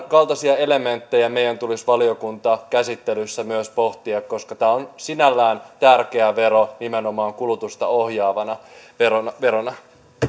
kaltaisia elementtejä meidän tulisi valiokuntakäsittelyssä myös pohtia koska tämä on sinällään tärkeä vero nimenomaan kulutusta ohjaavana verona verona